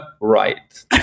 right